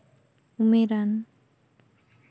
ᱩᱢᱮᱨᱟᱱ